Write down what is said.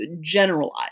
Generalize